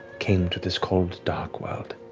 came to this cold, dark world.